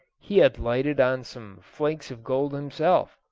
he had lighted on some flakes of gold himself.